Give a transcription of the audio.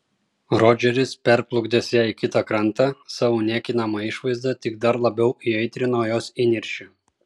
rodžeris perplukdęs ją į kitą krantą savo niekinama išvaizda tik dar labiau įaitrino jos įniršį